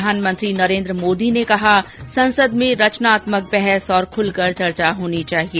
प्रधानमंत्री नरेन्द्र मोदी ने कहा संसद में रचनात्मक बहस और खुलकर चर्चा होनी चाहिए